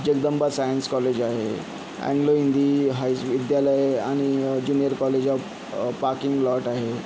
Jagdamba science college आहे Anglo इंदी हायस विद्यालय आणि junior college of parking lot आहे